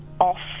off